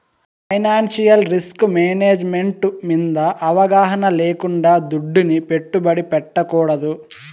financial risk management మింద అవగాహన లేకుండా దుడ్డుని పెట్టుబడి పెట్టకూడదు